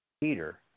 Peter